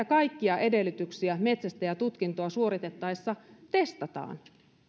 kaikkia edellytyksiä metsästäjätutkintoa suoritettaessa testataan